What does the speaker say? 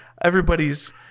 Everybody's